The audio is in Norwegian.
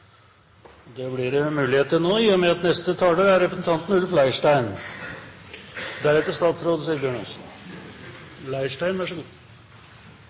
Det blir det mulighet til nå, i og med at neste taler er representanten Ulf Leirstein.